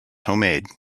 homemade